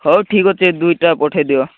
ହଉ ଠିକ୍ ଅଛି ଏ ଦୁଇଟା ପଠେଇ ଦିଅ